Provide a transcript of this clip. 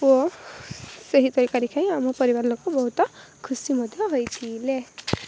ଓ ସେହି ତରକାରୀ ଖାଇ ଆମ ପରିବାର ଲୋକ ବହୁତ ଖୁସି ମଧ୍ୟ ହୋଇଥିଲେ